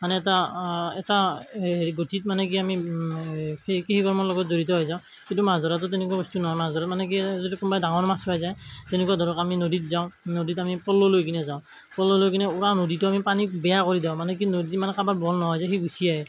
মানে এটা এটা হেৰি গতিত মানে কি আমি কি কৃষিকৰ্মৰ লগত জড়িত হৈ যাওঁ কিন্তু মাছ ধৰাটো তেনেকুৱা বস্তু নহয় মাছ ধৰাত মানে কি আৰু যদি কোনোবাই ডাঙৰ মাছ পাই যায় তেনেকুৱা ধৰক আমি নদীত যাওঁ নদীত আমি প'ল লৈ কিনে যাওঁ প'ল লৈ কিনে পোৰা নদীটো আমি পানী বেয়া কৰি দিওঁ মানে কি নদী মানে কাৰোবাৰ বল নোহোৱা হৈ যায় সি গুচি আহে